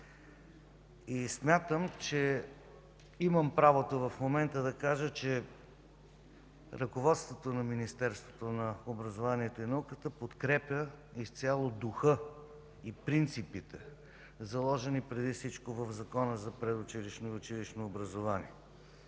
и смятам, че в момента имам правото да кажа, че ръководството на Министерството на образованието и науката подкрепя изцяло духа и принципите, заложени преди всичко в Закона за предучилищното и училищно образование.